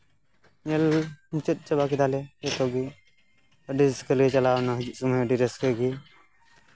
ᱧᱮᱞ ᱢᱩᱪᱟᱹᱫ ᱪᱟᱵᱟ ᱠᱮᱫᱟᱞᱮ ᱡᱚᱛᱚ ᱜᱮ ᱟᱹᱰᱤ ᱨᱟᱹᱥᱠᱟᱹ ᱞᱮ ᱪᱟᱞᱟᱣᱮᱱᱟ ᱢᱤᱫ ᱥᱚᱢᱚᱭ ᱟᱹᱰᱤ ᱨᱟᱹᱥᱠᱟᱹ ᱜᱮ